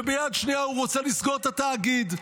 וביד שנייה הוא רוצה לסגור את התאגיד,